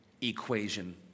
equation